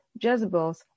Jezebel's